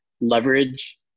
leverage